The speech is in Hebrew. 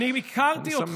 אני הכרתי אותך.